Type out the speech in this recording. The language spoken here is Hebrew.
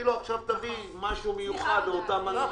תגידי לו תביא עכשיו משהו מיוחד לאותם אנשים.